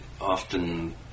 often